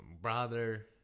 brother